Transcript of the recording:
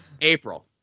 April